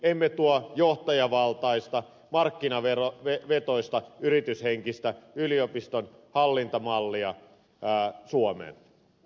emme tuo johtajavaltaista markkinavetoista yrityshenkistä yliopiston hallintamallia suomeen